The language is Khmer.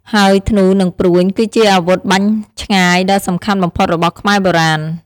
ហើយធ្នូ និងព្រួញ គឺជាអាវុធបាញ់ឆ្ងាយដ៏សំខាន់បំផុតរបស់ខ្មែរបុរាណ។